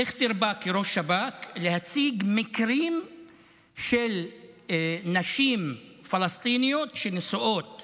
דיכטר בא כראש שב"כ להציג מקרים של נשים פלסטיניות שנשואות